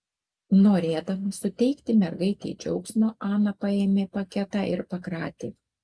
norėdama suteikti mergaitei džiaugsmo ana paėmė paketą ir pakratė